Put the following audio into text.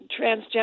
transgender